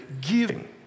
giving